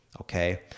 Okay